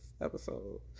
episode